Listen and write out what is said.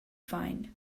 find